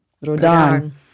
Rodan